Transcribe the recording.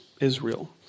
Israel